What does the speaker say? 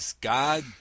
God